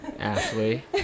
Ashley